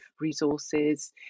resources